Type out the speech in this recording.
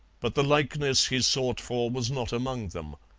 but the likeness he sought for was not among them.